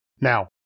Now